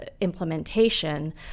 implementation